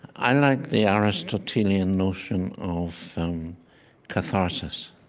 i like the aristotelian notion of um catharsis.